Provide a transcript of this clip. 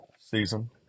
season